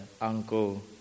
uncle